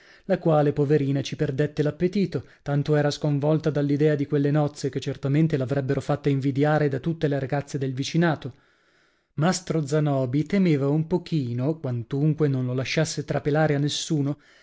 la quale poverina ci perdette l'appetito tanto era sconvolta dall'idea di quelle nozze che certamente l'avrebbero fatta invidiare da tutte le ragazze del vicinato mastro zanobi temeva un pochino quantunque non lo lasciasse trapelare a nessuno